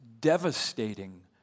devastating